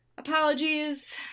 Apologies